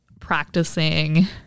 practicing